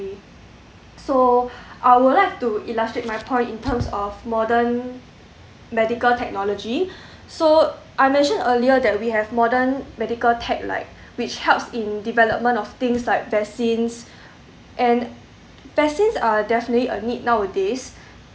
so I would like to illustrate my point in terms of modern medical technology so I mentioned earlier that we have modern medical tech like which helps in development of things like vaccines and vaccines are definitely a need nowadays